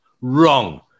Wrong